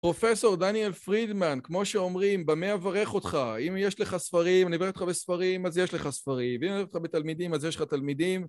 פרופסור דניאל פרידמן, כמו שאומרים, במה אברך אותך?, אם יש לך ספרים, אני אברך אותך בספרים, אז יש לך ספרים, ואם אני אברך אותך בתלמידים, אז יש לך תלמידים.